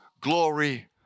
glory